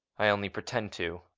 i only pretend to.